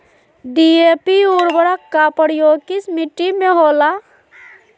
DAP उर्वरक का प्रयोग किस मिट्टी में होला?